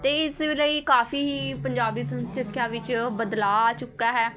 ਅਤੇ ਇਸ ਲਈ ਕਾਫੀ ਹੀ ਪੰਜਾਬੀ ਵਿੱਚ ਬਦਲਾਅ ਆ ਚੁੱਕਾ ਹੈ